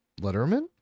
Letterman